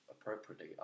appropriately